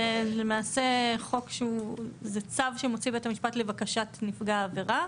זה למעשה צו שבית המשפט מוציא לבקשת נפגע העבירה.